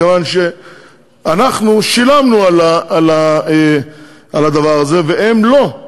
מכיוון שאנחנו שילמנו על הדבר הזה והם לא.